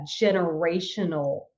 generational